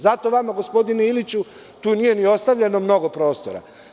Zato vama gospodine Iliću, tu nije ni ostavljeno mnogo prostora.